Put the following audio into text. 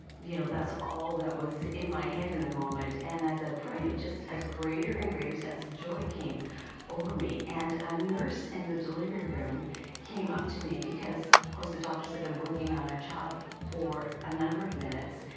you know, that's all that was in my head in the moment. and i said, pray. just a greater and greater sense of joy came over me. and a nurse in the delivery room came up to me because, course the doctors had been working on our child for a number of minutes.